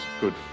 good